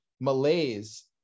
malaise